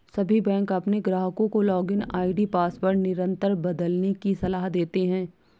सभी बैंक अपने ग्राहकों को लॉगिन आई.डी पासवर्ड निरंतर बदलने की सलाह देते हैं